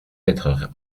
être